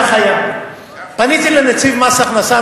כך היה: פניתי לנציב מס הכנסה,